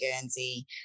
Guernsey